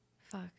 Fuck